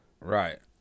Right